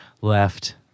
left